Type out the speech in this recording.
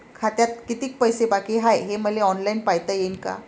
खात्यात कितीक पैसे बाकी हाय हे मले ऑनलाईन पायता येईन का?